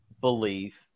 belief